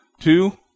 Two